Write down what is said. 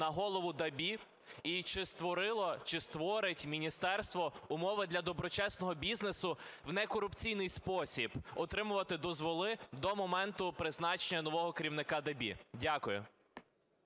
на голову ДАБІ? І чи створило, чи створить міністерство умови для доброчесного бізнесу в некорупційний спосіб отримувати дозволи до моменту призначення нового керівника ДАБІ? Дякую.